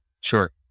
sure